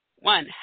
One